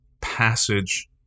passage